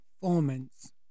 performance